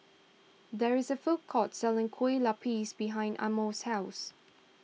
there is a food court selling Kue Lupis behind Amos' house